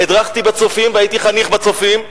הדרכתי ב"צופים" והייתי חניך ב"צופים".